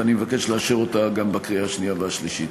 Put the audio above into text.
ואני מבקש לאשר אותה גם בקריאה שנייה ושלישית.